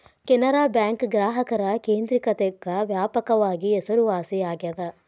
Canara bank ಗ್ರಾಹಕರ ಕೇಂದ್ರಿಕತೆಕ್ಕ ವ್ಯಾಪಕವಾಗಿ ಹೆಸರುವಾಸಿಯಾಗೆದ